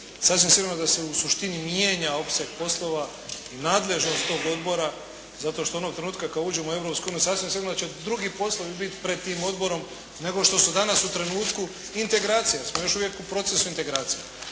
sasvim sigurno da se u suštini mijenja opseg poslova i nadležnost tog odbora zato što onog trenutka kad uđemo u Europsku uniju sasvim sigurno će drugi poslovi biti pred tim odborom nego što su danas u trenutku integracije, jer smo još uvijek u procesu integracije.